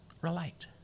relate